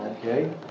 Okay